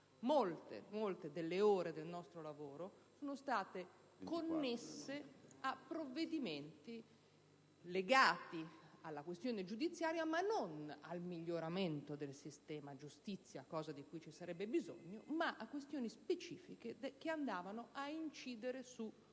molte delle ore del nostro lavoro siano state spese su provvedimenti legati alla questione giudiziaria, ma non per il miglioramento del sistema giustizia, di cui ci sarebbe bisogno, bensì per questioni specifiche che riguardavano i processi